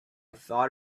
thought